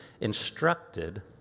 instructed